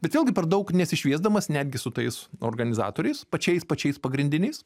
bet vėlgi per daug nesišviesdamas netgi su tais organizatoriais pačiais pačiais pagrindiniais